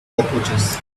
cockroaches